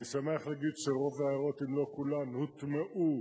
אני שמח להגיד שרוב ההערות, אם לא כולן, הוטמעו